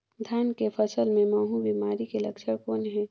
धान के फसल मे महू बिमारी के लक्षण कौन हे?